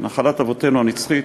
נחלת אבותינו הנצחית,